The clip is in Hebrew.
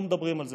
מדברים על זה.